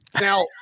Now